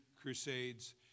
crusades